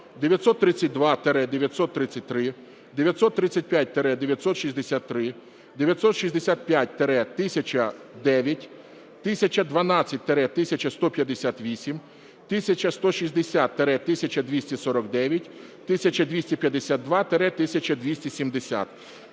932-933, 935-963, 965-1009, 1012-1158, 1160-1249, 1252-1270.